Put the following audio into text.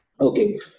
Okay